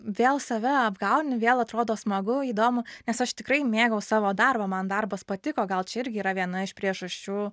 vėl save apgauni vėl atrodo smagu įdomu nes aš tikrai mėgau savo darbą man darbas patiko gal čia irgi yra viena iš priežasčių